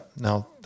now